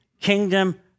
kingdom